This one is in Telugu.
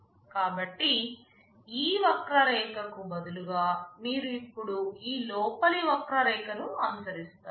కాబట్టి ఈ వక్రరేఖ కు బదులుగా మీరు ఇప్పుడు ఈ లోపలి వక్రరేఖ ను అనుసరిస్తారు